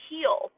Heal